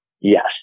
yes